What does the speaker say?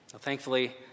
Thankfully